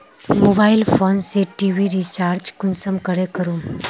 Mobile phone से TV recharge कुंसम करे करूम?